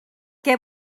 què